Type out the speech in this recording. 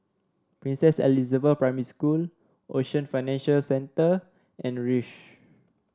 Princess Elizabeth Primary School Ocean Financial Centre and the Rosyth